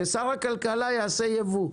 ששר הכלכלה יעשה ייבוא,